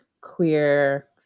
queer